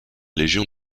légion